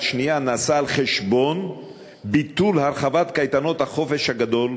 שנייה נעשה על חשבון ביטול הרחבת קייטנות החופש הגדול,